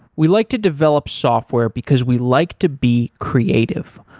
we like to develop software because we like to be creative.